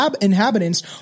inhabitants